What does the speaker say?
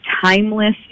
timeless